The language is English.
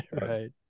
Right